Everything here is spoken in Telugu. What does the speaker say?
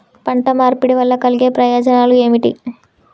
పంట మార్పిడి వల్ల కలిగే ప్రయోజనాలు ఏమిటి?